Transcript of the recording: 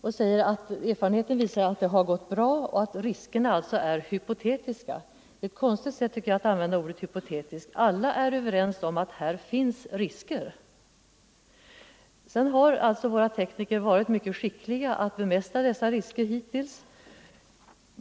Han säger att erfarenheten visar att det har gått bra och att riskerna alltså är hypotetiska. Det är ett konstigt sätt, tycker jag, att använda ordet hypotetisk. Alla är överens om att här finns risker. Sedan har våra tekniker varit mycket skickliga att bemästra dessa risker hittills.